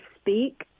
speak